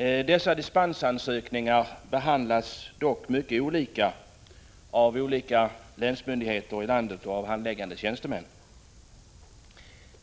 Sådana här dispensansökningar behandlas mycket olika av olika länsmyndigheter i landet och av handläggande tjänstemän.